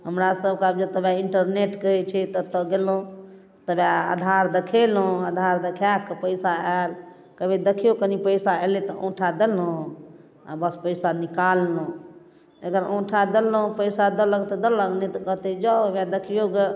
हमरा सभके आब जतऽ वे इंटरनेट कहै छै ततऽ गेलहुँ ओकरा आधार देखेलहुँ आधार देखाके पैसा आयल कहबै देखियौ कनि पैसा एलै तऽ अङ्गूठा देलहुँ आओर बस पैसा निकाललहुँ अगर अङ्गूठा देलहुँ पैसा देलक तऽ देलक नहि तऽ कहतै जाउ एकरा देखिओगे